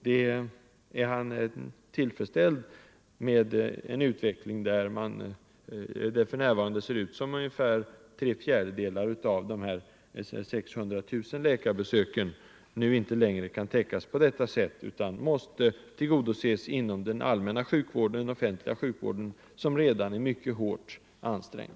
Är socialministern tillfredsställd med en utveckling där det för närvarande ser ut som om ungefär tre fjärdedelar av de 600 000 läkarbesök jag talat om inte längre kan täckas på detta sätt, utan måste tillgodoses inom den offentliga sjukvården, som redan är mycket hårt ansträngd?